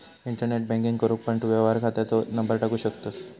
internet banking करूक पण तू व्यवहार खात्याचो नंबर टाकू शकतंस